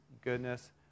goodness